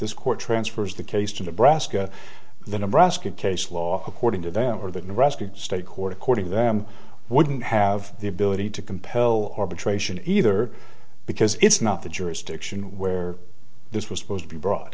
this court transfers the case to nebraska the nebraska case law according to them or the nebraska state court according to them wouldn't have the ability to compel arbitration either because it's not the jurisdiction where this was supposed to be brought